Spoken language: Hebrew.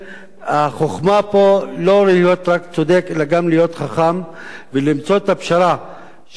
החוכמה פה לא להיות רק צודק אלא גם להיות חכם ולמצוא את הפשרה שתאפשר